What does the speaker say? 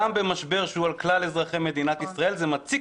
גם במשבר שהוא של כלל אזרחי ישראל מציק